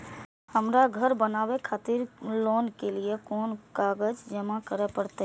हमरा घर बनावे खातिर लोन के लिए कोन कौन कागज जमा करे परते?